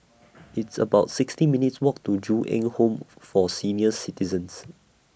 It's about sixty minutes' Walk to Ju Eng Home For Senior Citizens